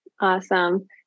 Awesome